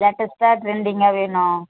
லேட்டஸ்ட்டாக ட்ரெண்டிங்காக வேணும்